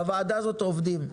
בוועדה הזאת עובדים,